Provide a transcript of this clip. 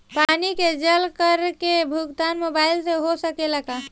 पानी के जल कर के भुगतान मोबाइल से हो सकेला का?